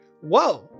whoa